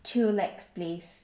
chillax place